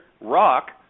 Rock